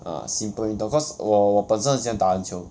ah simple 运动 cause 我我本身很喜欢打篮球